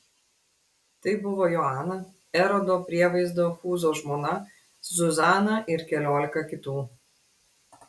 tai buvo joana erodo prievaizdo chūzo žmona zuzana ir keliolika kitų